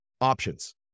options